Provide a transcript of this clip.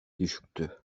düşüktü